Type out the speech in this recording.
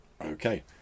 Okay